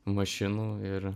mašinų ir